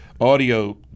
Audio